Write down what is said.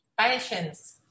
Patience